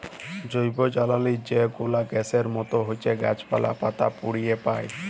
জৈবজ্বালালি যে গুলা গ্যাসের মত হছ্যে গাছপালা, পাতা পুড়িয়ে পায়